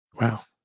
Wow